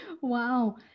Wow